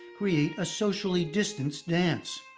create a socially distanced dance,